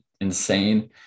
insane